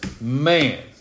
Man